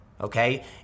okay